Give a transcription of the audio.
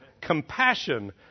compassion